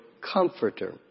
comforter